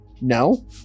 No